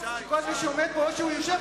או שהוא יושב,